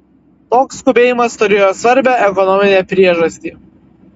toks skubėjimas turėjo svarbią ekonominę priežastį